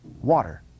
Water